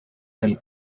del